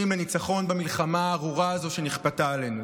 לניצחון במלחמה הארורה הזו שנכפתה עלינו.